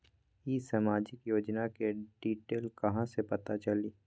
ई सामाजिक योजना के डिटेल कहा से पता चली?